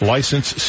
License